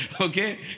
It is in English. Okay